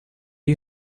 you